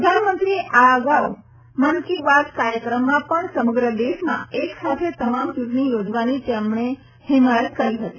પ્રધાનમંત્રીએ આ અંગે અગાઉ મન કી બાત કાર્યક્રમમાં પણ સમગ્ર દેશમાં એક સાથે તમામ ચૂંટણી યોજવાની તેમણે હિમાયત કરી હતી